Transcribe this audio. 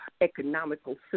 economical